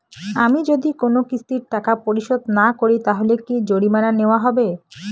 আমি যদি কোন কিস্তির টাকা পরিশোধ না করি তাহলে কি জরিমানা নেওয়া হবে?